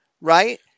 Right